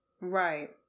right